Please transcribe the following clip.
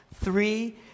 Three